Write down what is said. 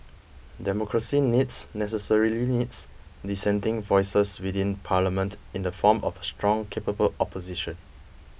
democracy needs necessarily needs dissenting voices within Parliament in the form of a strong capable opposition